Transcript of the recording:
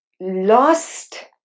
lost